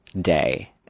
day